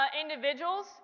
individuals